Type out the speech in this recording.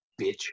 Bitch